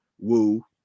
woo